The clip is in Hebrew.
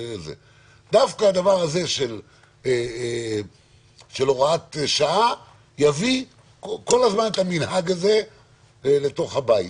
דווקא הדבר הזה של הוראת שעה יביא כל הזמן את המנהג הזה לתוך הבית,